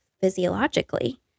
physiologically